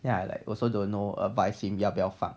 ya like also don't know advise him 要不要放